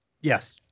Yes